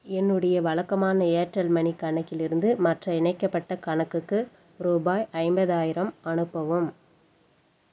என்னுடைய வழக்கமான Airtel money கணக்கிலிருந்து மற்ற இணைக்கப்பட்ட கணக்குக்கு ரூபாய் ஐம்பதாயிரம் அனுப்பவும்